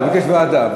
הוא ביקש ועדה,